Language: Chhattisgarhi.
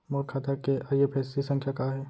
मोर खाता के आई.एफ.एस.सी संख्या का हे?